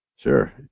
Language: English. Sure